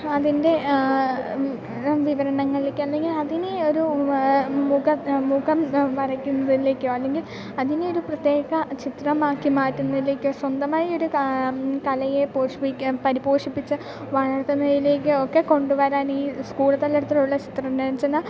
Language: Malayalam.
അതിൻ്റെ വിവരണങ്ങളിലേക്കല്ലെങ്കിൽ അതിനെ ഒരു മുഖ മുഖം വരക്കുന്നതിലേക്കോ അല്ലെങ്കിൽ അതിനെ ഒരു പ്രത്യേക ചിത്രമാക്കി മാറ്റുന്നതിലേക്കോ സ്വന്തമായി ഒരു ക കലയെ പോഷിപ്പിക്കാൻ പരിപോഷിപ്പിച്ച് വളർത്തുന്നതിലേക്കൊക്കെ കൊണ്ടു വരാനീ സ്കൂൾ തലത്തിലുള്ള ചിത്രരചന